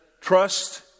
trust